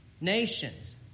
nations